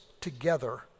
together